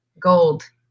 gold